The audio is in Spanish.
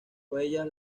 huellas